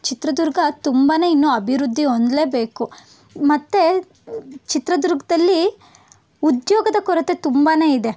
ಚಿತ್ರದುರ್ಗ ತುಂಬಾ ಇನ್ನೂ ಅಭಿವೃದ್ಧಿ ಹೊಂದಲೇಬೇಕು ಮತ್ತು ಚಿತ್ರದುರ್ಗದಲ್ಲಿ ಉದ್ಯೋಗದ ಕೊರತೆ ತುಂಬಾ ಇದೆ